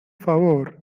favor